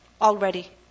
already